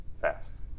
fast